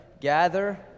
Gather